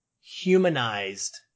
humanized